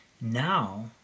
Now